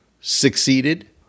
succeeded